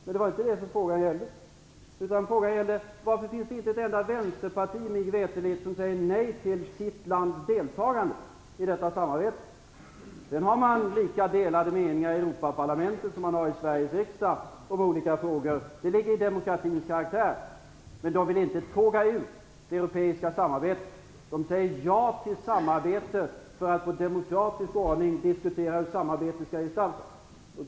Men det var inte det som frågan gällde, utan den gällde varför det mig veterligt inte finns ett enda vänsterparti som säger nej till sitt lands deltagande i detta samarbete. Att de sedan har lika delade meningar i Europaparlamentet som vi har i Sveriges riksdag i olika frågor ligger i demokratins karaktär. Men de vill inte tåga ut ur det europeiska samarbetet. De säger ja till samarbete för att i demokratisk ordning få diskutera hur samarbetet skall gestaltas.